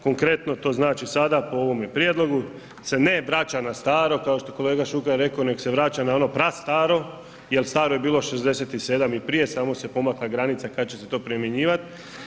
Konkretno to znači sada po ovome prijedlog se ne vraća na staro kao što je kolega Šuker rekao nego se vraća na ono prastaro jer staro je bilo 67 samo se pomakla granica kada će se to primjenjivati.